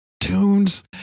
Tunes